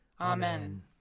Amen